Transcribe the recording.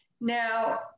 Now